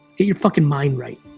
your fucking mind right.